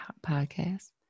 podcast